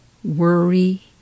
worry